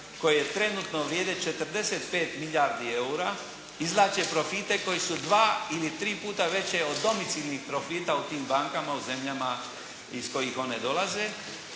koje trenutno vrijede 45 milijardi eura, izvlače profite koji su dva ili tri puta veće od domicilnih profita u tim bankama u zemljama iz kojih one dolaze